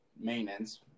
maintenance